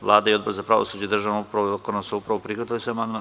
Vlada i Odbor za pravosuđe, državnu upravu i lokalnu samoupravu prihvatili su amandman.